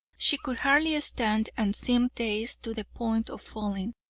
she could hardly stand, and seemed dazed to the point of falling,